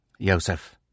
Joseph